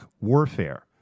warfare